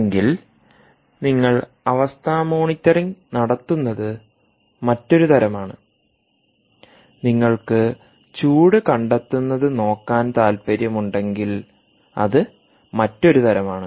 എങ്കിൽ നിങ്ങൾ അവസ്ഥ മോണിറ്ററിംഗ്നടത്തുന്നത് മറ്റൊരു തരമാണ് നിങ്ങൾക്ക് ചൂട് കണ്ടെത്തുന്നത് നോക്കാൻ താൽപ്പര്യമുണ്ടെങ്കിൽ അത് മറ്റൊരു തരമാണ്